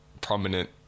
prominent